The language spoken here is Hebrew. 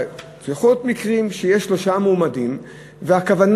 יכולים להיות מקרים שיש שלושה מועמדים והכוונה